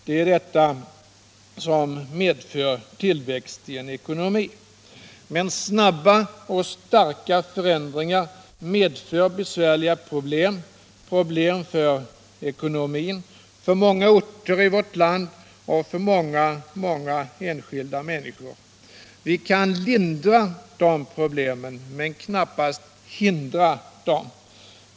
Det är detta som medför tillväxt i en ekonomi. Men snabba och starka förändringar medför besvärliga problem — problem för hela vår ekonomi, för många orter i vårt land och för många enskilda människor. Vi kan lindra de problemen men knappast hindra dem.